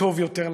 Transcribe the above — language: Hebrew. טוב יותר לחזור".